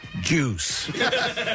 Juice